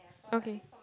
okay